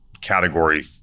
category